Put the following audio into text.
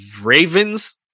Ravens